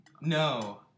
No